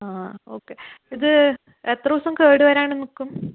ആ ആ ഓക്കെ ഇത് എത്ര ദിവസം കേട് വരാണ്ട് നിൽക്കും